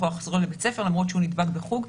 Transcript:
לחזור לבית ספר למרות שהוא נדבק בחוג.